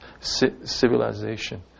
civilization